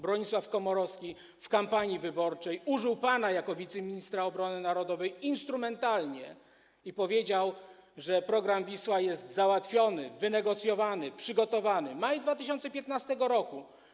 Bronisław Komorowski w kampanii wyborczej użył pana jako wiceministra obrony narodowej instrumentalnie i powiedział, że program „Wisła” jest załatwiony, wynegocjowany, przygotowany - maj 2015 r.